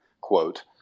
quote